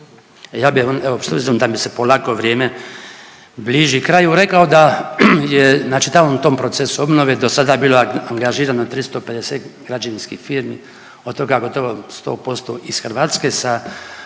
ja bih vam, evo s obzirom da mi se polako vrijeme bliži kraju rekao da je na čitavom tom procesu obnove do sada bilo angažirano 350 građevinskih firmi od toga gotovo 100% iz Hrvatske sa